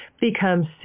becomes